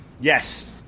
Yes